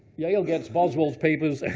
yale gets boswell's papers, and